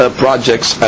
projects